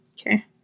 Okay